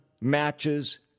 matches